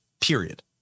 period